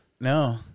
No